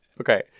Okay